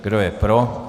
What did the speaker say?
Kdo je pro?